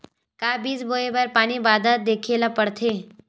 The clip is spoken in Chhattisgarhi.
का बीज बोय बर पानी बादल देखेला पड़थे?